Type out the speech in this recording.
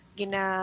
gina